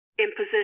Imposition